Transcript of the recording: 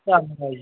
ਧੰਨਵਾਦ ਜੀ